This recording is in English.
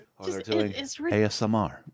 asmr